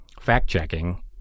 fact-checking